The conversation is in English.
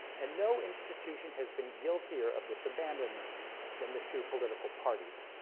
and no institution has been guiltier of this abandonment than the two political parties.